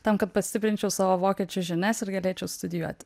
tam kad pastiprinčiau savo vokiečių žinias ir galėčiau studijuoti